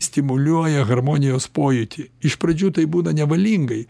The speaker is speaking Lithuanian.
stimuliuoja harmonijos pojūtį iš pradžių tai būna nevalingai